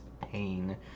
pain